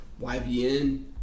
YBN